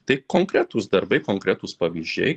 tai konkretūs darbai konkretūs pavyzdžiai